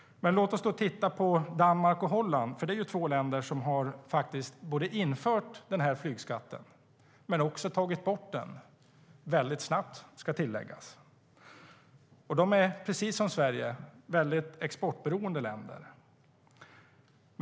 Låt oss titta på Danmark och Holland. Det är två länder som har infört men också tagit bort flygskatt - väldigt snabbt ska tilläggas. De är precis som Sverige exportberoende länder.